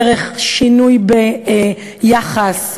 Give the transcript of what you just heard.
דרך שינוי ביחס,